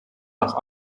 nach